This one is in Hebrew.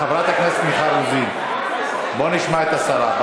חברת הכנסת מיכל רוזין, בואי נשמע את השרה.